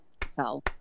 tell